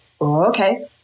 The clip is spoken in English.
okay